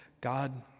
God